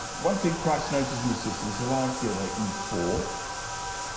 one thing price noticed in the system is the large gear that e four,